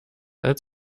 als